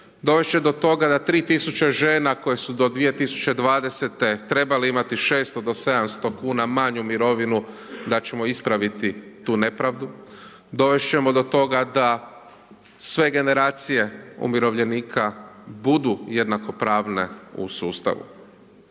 dovesti će do toga da 3000 žena koja su do 2020. trebali imati 600-700 kn manju mirovinu, da ćemo ispraviti tu nepravdu, dovesti ćemo do toga, da sve generacije umirovljenika budu jednako pravne u sustavu.